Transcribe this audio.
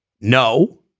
No